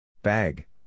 Bag